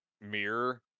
mirror